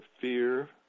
fear